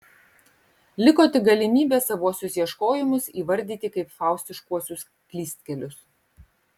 liko tik galimybė savuosius ieškojimus įvardyti kaip faustiškuosius klystkelius